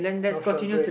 north shell grid